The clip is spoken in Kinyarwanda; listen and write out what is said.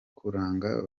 kuranga